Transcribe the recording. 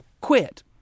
quit